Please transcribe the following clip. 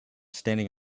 standing